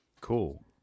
Cool